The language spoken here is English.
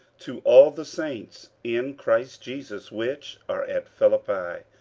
to all the saints in christ jesus which are at philippi,